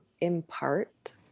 impart